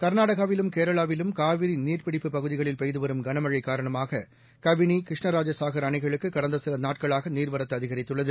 கர்நாடகாவிலும் கேரளாவிலும் காவிரிநீர்ப்பிடிப்புப் பகுதிகளில் பெய்துவரும் கனமழைகாரணமாக கபினி கிருஷ்ணராஜசாகர் அணைகளுக்குகடந்தசிலநாட்களாகநீர்வரத்துஅதிகரித்துள்ளது